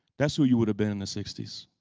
that's who you would have been in the sixty s.